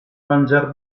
mangiar